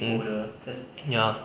mm ya